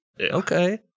Okay